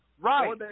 Right